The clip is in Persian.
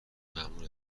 ممنون